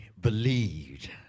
believed